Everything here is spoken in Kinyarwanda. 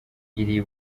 iri